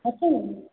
ଅଛି